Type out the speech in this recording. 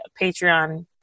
Patreon